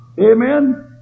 Amen